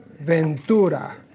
Ventura